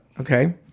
okay